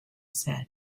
said